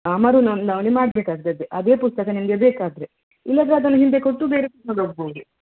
ಆ ಮರುನೊಂದಣಿ ಮಾಡ್ಬೇಕಾಗ್ತದೆ ಅದೇ ಪುಸ್ತಕ ನಿಮಗೆ ಬೇಕಾದರೆ ಇಲ್ಲದರೆ ಅದನ್ನು ಹಿಂದೆ ಕೊಟ್ಟು ಬೇರೆ ಪುಸ್ತಕ ತಕೋಬೌದು